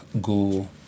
go